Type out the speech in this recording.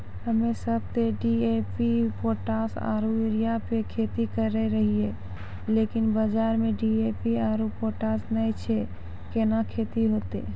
हम्मे सब ते डी.ए.पी पोटास आरु यूरिया पे खेती करे रहियै लेकिन बाजार मे डी.ए.पी आरु पोटास नैय छैय कैना खेती होते?